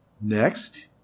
Next